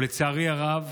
ולצערי הרב